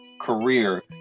career